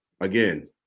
again